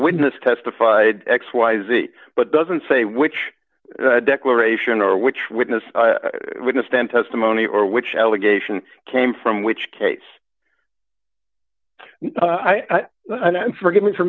witness testified x y z but doesn't say which declaration or which witness witness then testimony or which allegation came from which case i forgive me for